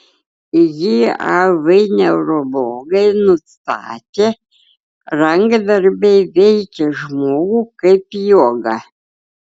jav neurologai nustatė rankdarbiai veikia žmogų kaip joga